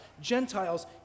Gentiles